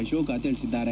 ಅಶೋಕ ತಿಳಿಸಿದ್ದಾರೆ